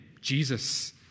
Jesus